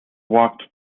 walked